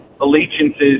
allegiances